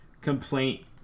complaint